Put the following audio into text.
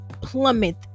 plummet